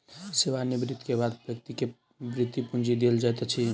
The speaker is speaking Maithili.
सेवा निवृति के बाद व्यक्ति के वृति पूंजी देल जाइत अछि